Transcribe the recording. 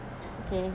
okay